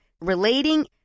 relating